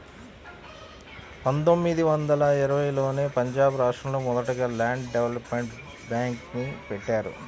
పందొమ్మిది వందల ఇరవైలోనే పంజాబ్ రాష్టంలో మొదటగా ల్యాండ్ డెవలప్మెంట్ బ్యేంక్ని బెట్టారు